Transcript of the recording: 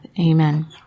Amen